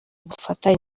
ubufatanye